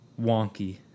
Wonky